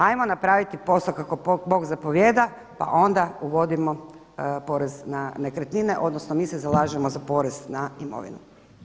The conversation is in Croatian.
Ajmo napraviti posao kako bog zapovijeda pa onda uvodimo porez na nekretnine odnosno mi se zalažemo za porez na imovinu.